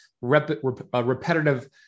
repetitive